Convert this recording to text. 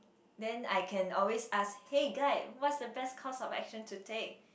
then I can always ask hey guide what is the best course of action to take